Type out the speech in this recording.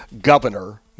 governor